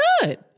good